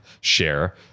share